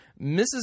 Mrs